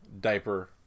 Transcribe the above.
diaper